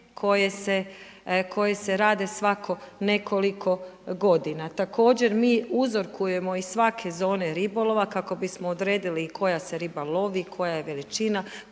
koje se rade svako nekoliko godina. Također mi uzorkujemo iz svake zone ribolova, kako bi smo odredili koja se riba lovi, koja je veličina,